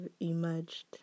emerged